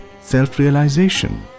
self-realization